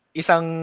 isang